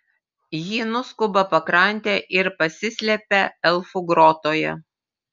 ji nuskuba pakrante ir pasislepia elfų grotoje